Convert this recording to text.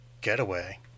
Getaway